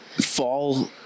fall